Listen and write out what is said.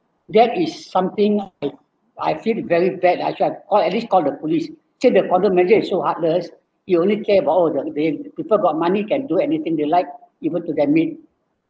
that is something I I feel very bad I should have or at least call the police since the condo manager is so heartless he only care about all the big people got money can do anything that like even to the maid